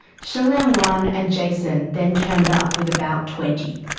shengliang wan and jason then turned up with about twenty.